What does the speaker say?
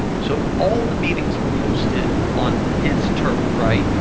so all the meetings were hosted on his turf, right,